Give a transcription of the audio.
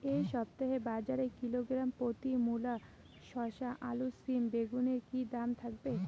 এই সপ্তাহে বাজারে কিলোগ্রাম প্রতি মূলা শসা আলু সিম বেগুনের কী দাম থাকবে?